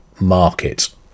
market